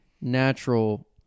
natural